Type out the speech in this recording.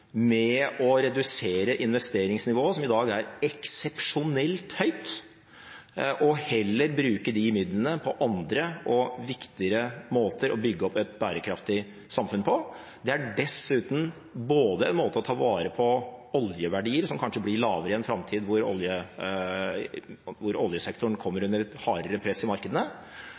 med å redusere investeringsnivået, som i dag er eksepsjonelt høyt, og heller bruke disse midlene på andre og viktigere måter å bygge opp et bærekraftig samfunn på. Det er dessuten både en måte å ta vare på oljeverdier på – oljeverdier som kanskje blir lavere i en framtid hvor oljesektoren kommer under et hardere press i